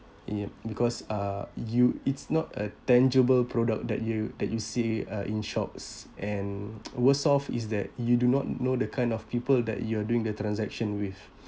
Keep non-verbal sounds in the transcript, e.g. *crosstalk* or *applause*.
yup because uh you it's not a tangible product that you that you see uh in shops and *noise* worse off is that you do not know the kind of people that you are doing the transaction with